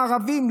הערבים,